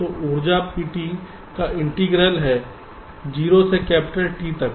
तो ऊर्जा P का इंटीग्रल है 0 से कैपिटल T तक